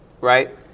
right